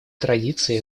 традиций